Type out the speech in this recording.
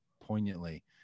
poignantly